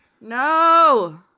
No